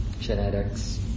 genetics